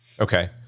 Okay